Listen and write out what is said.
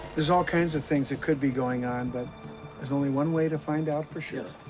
there's all kinds of things that could be going on, but there's only one way to find out for sure.